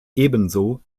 ebenso